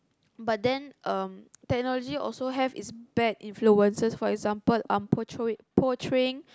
but then um technology also have it's bad influences for example um portray~ portraying